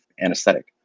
anesthetic